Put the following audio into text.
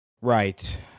Right